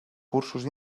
cursos